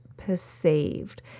perceived